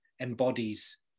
embodies